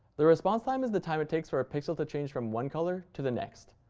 the response time is the time it takes for a pixel to change from one color to the next.